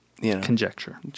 conjecture